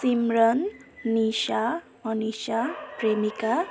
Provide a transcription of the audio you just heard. सिमरन निशा अनिशा प्रेमिका